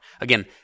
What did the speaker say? Again